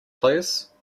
please